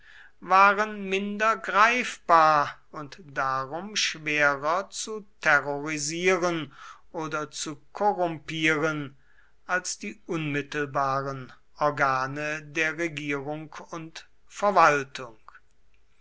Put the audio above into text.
waren minder greifbar und darum schwerer zu terrorisieren oder zu korrumpieren als die unmittelbaren organe der regierung und verwaltung